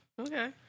Okay